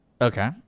Okay